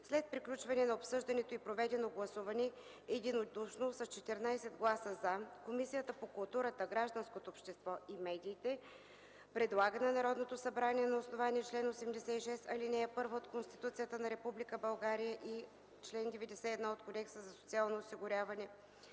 След приключване на обсъждането и проведено гласуване единодушно с 14 гласа „за”, Комисията по културата, гражданското общество и медиите предлага на Народното събрание на основание чл. 86, ал. 1 от Конституцията на Република България и чл. 91 от Кодекса за социално осигуряване